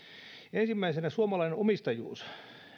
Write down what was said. ensimmäisenä suomalainen omistajuus